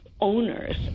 owners